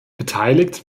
beteiligt